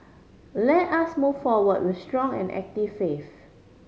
let us move forward with strong and active faith